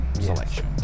selection